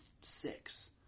six